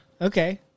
okay